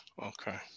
Okay